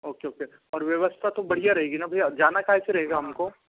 okay okay और व्यवस्था तो बढ़िया रहेगी ना भैया जाना काहे से रहेगा हम को